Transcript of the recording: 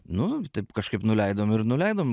nu taip kažkaip nuleidom ir nuleidom